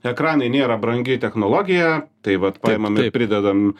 ekranai nėra brangi technologija tai vat paimam ir pridedam